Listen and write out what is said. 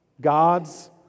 God's